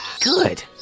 good